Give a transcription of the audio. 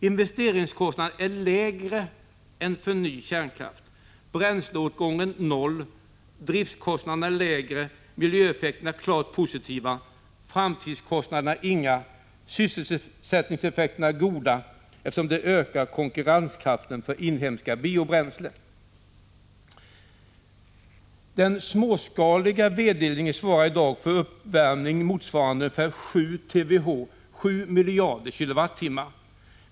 Investeringskostnaden är lägre än för ny kärnkraft, bränsleåtgången noll, driftskostnaderna lägre, miljöeffekterna klart positiva, framtidskostnaderna inga och sysselsättningseffekterna goda — eftersom denna metod utökar konkurrenskraften för inhemska biobränslen. Den småskaliga vedeldningen svarar i dag för uppvärmning motsvarande 7 TWh, dvs. 7 miljarder KWh.